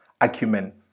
acumen